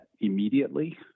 immediately